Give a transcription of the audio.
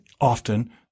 often